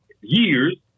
years